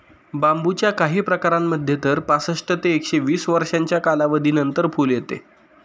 बांबूच्या काही प्रकारांमध्ये तर पासष्ट ते एकशे वीस वर्षांच्या कालावधीनंतर फुल येते